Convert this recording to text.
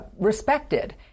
respected